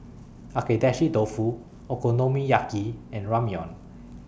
Agedashi Dofu Okonomiyaki and Ramyeon